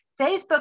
Facebook